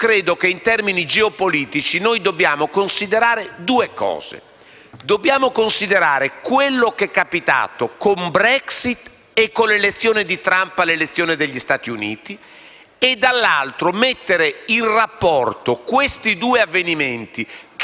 dobbiamo considerare due cose, cioè quello che è capitato con la Brexit e con l'elezione di Trump alla presidenza degli Stati Uniti e poi dobbiamo mettere in rapporto questi due avvenimenti, che apparentemente potevano indebolire l'Europa,